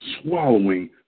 Swallowing